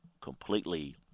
completely